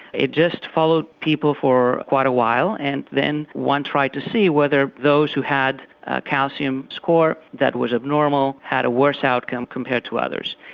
it just followed people for quite a while and then one tried to see whether those who had a calcium score that was abnormal had a worse outcome compared to others.